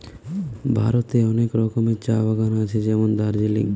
ভারতে অনেক রকমের চা বাগান আছে যেমন দার্জিলিং